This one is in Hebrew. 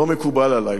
לא היה מקובל עלי,